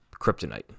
kryptonite